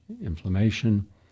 inflammation